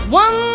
one